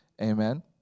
Amen